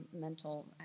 mental